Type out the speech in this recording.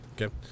Okay